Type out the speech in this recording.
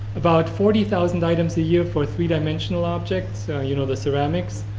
about forty thousand items a year for three dimensional objects, so you know the ceramics.